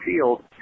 field